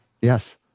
Yes